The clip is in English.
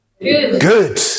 good